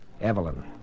Evelyn